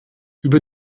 über